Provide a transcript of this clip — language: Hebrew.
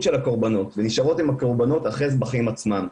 של הקורבנות ונשארות עם הקורבנות אחרי זה בחיים עצמם.